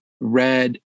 red